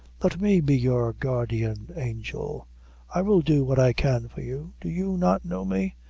let me be your guardian angel i will do what i can for you do you not know me?